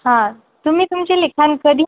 हां तुम्ही तुमची लिखाण कधी